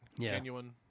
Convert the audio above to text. genuine